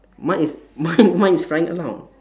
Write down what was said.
mine is mine mine is flying around